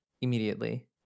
immediately